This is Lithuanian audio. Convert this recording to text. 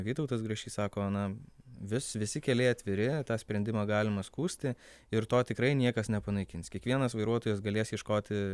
vytautas grašys sako na vis visi keliai atviri tą sprendimą galima skųsti ir to tikrai niekas nepanaikins kiekvienas vairuotojas galės ieškoti